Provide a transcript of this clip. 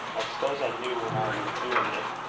i suppose i knew when i was doing it,